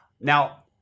Now